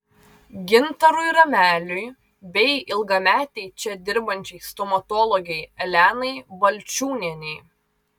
gintarui rameliui bei ilgametei čia dirbančiai stomatologei elenai balčiūnienei